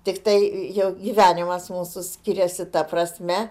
tiktai jau gyvenimas mūsų skiriasi ta prasme